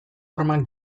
hormak